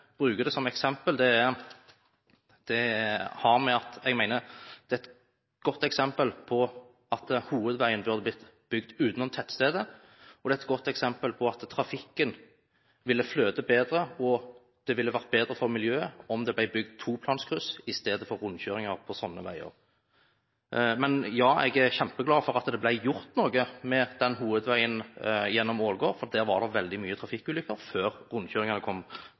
som eksempel, er at jeg mener at det er et godt eksempel på at hovedveien burde blitt bygd utenom tettstedet, og det er et godt eksempel på at trafikken ville flyte bedre, og det ville vært bedre for miljøet om det ble bygd toplanskryss istedenfor rundkjøringer på slike veier. Men ja, jeg er kjempeglad for at det ble gjort noe med hovedveien gjennom Ålgård, for der var det veldig mange trafikkulykker før rundkjøringen kom